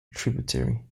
tributary